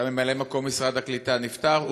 שהיה ממלא-מקום מנכ"ל משרד הקליטה, נפטר.